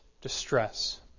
distress